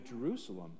jerusalem